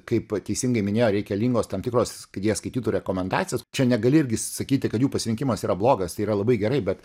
kaip teisingai minėjo reikalingos tam tikros kad jie skaitytų rekomendacijas čia negali irgi sakyti kad jų pasirinkimas yra blogas tai yra labai gerai bet